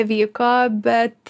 vyko bet